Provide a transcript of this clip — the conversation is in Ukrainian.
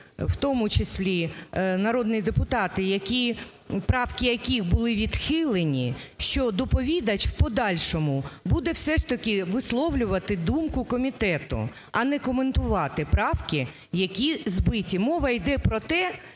в тому числі народні депутати, правки яких були відхилені, що доповідач в подальшому буде все ж таки висловлювати думку комітету, а не коментувати правки, які збиті. Мова йде про те,